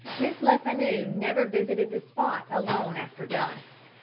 miss lefanu never visited the spot alone after dusk,